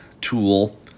tool